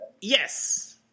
Yes